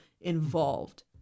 involved